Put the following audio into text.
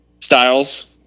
styles